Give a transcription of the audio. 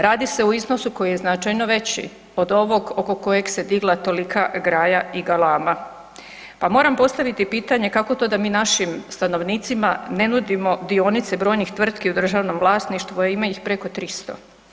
Radi se o iznosu koji je značajno veći od ovog oko kojeg se digla tolika graja i galama pa moram postaviti pitanje kako to da mi našim stanovnicima ne nudimo dionice brojnih tvrtki u državnom vlasništvu a ima ih preko 300?